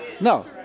No